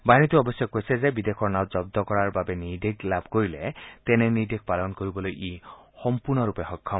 বাহিনীটোৱে অৱশ্যে কৈছে যে বিদেশৰ নাও জন্দ কৰাৰ বাবে নিৰ্দেশ লাভ কৰিলে তেনে নিৰ্দেশ ই সম্পূৰ্ণৰূপে সক্ষম